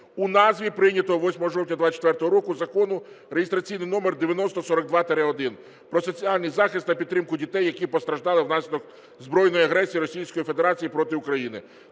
у назві прийнятого 8 жовтня 2024 року Закону (реєстраційний номер 9042-1) про соціальний захист та підтримку дітей, які постраждали внаслідок збройної агресії Російської